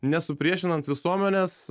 ne supriešinant visuomenės